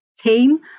team